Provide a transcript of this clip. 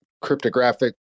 cryptographic